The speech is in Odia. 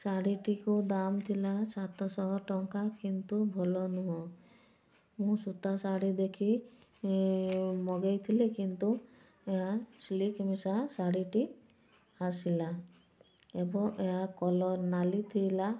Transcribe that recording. ଶାଢ଼ୀଟିକୁ ଦାମ୍ ଥିଲା ସାତ ଶହ ଟଙ୍କା କିନ୍ତୁ ଭଲ ନୁହଁ ମୁଁ ସୂତା ଶାଢ଼ୀ ଦେଖି ମଗେଇ ଥିଲି କିନ୍ତୁ ଏହା ଶିଲ୍କ ମିଶା ଶାଢ଼ୀଟି ଆସିଲା ଏବଂ ଏହା କଲର୍ ନାଲି ଥିଲା